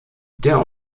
der